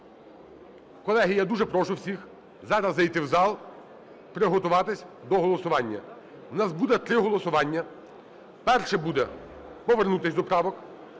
Колеги, я дуже прошу всіх зараз зайти в зал, приготуватися до голосування. У нас буде три голосування. Перше буде – повернутися до правок.